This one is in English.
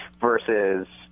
versus